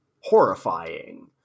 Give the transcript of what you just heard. horrifying